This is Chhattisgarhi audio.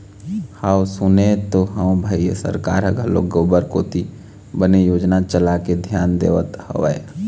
हव सुने तो हव भई सरकार ह घलोक गोबर कोती बने योजना चलाके धियान देवत हवय